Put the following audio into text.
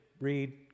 read